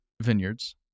vineyards